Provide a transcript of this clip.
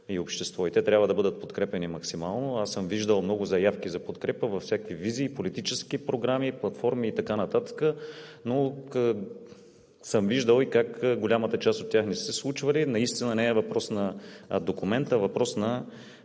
и общество, и те трябва да бъдат подкрепяни максимално. Аз съм виждал много заявки за подкрепа във всякакви визии – политически програми, платформи и така нататък, но съм виждал и как голямата част от тях не са се случвали. Наистина не е въпрос на документ, а въпрос на